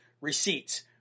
receipts